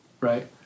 right